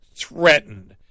threatened